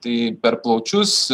tai per plaučius